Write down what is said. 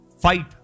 Fight